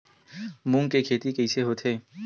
मूंग के खेती कइसे होथे?